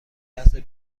لحظه